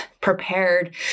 prepared